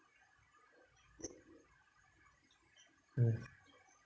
mm